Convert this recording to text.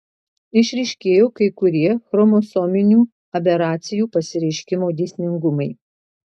išryškėjo kai kurie chromosominių aberacijų pasireiškimo dėsningumai